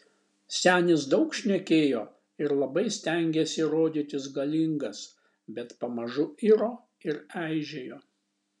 senis daug šnekėjo ir labai stengėsi rodytis galingas bet pamažu iro ir eižėjo